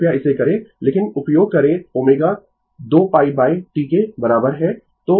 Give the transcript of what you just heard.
कृपया इसे करें लेकिन उपयोग करें ω 2π T के बराबर है